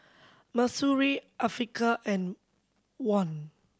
Mahsuri Afiqah and Wan